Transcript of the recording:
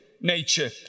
nature